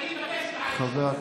אני מבקש הודעה אישית.